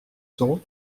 sont